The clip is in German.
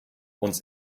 uns